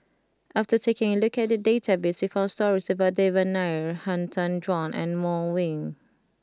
after taking a look at the database we found stories about Devan Nair Han Tan Juan and Wong Ming